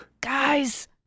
guys